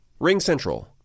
RingCentral